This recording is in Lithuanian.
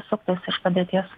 suktis iš padėties